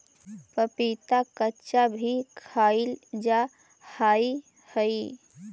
पपीता कच्चा भी खाईल जा हाई हई